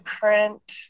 current